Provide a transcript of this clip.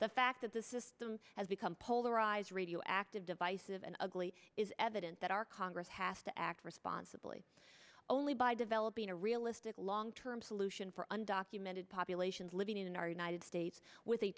the fact that the system has become polarized radio active divisive and ugly is evident that our congress has to act responsibly only by developing a realistic long term solution for un documented populations living in our united states w